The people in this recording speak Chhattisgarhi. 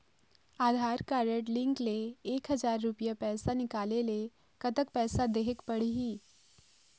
आधार कारड लिंक ले एक हजार रुपया पैसा निकाले ले कतक पैसा देहेक पड़ही?